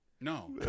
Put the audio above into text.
No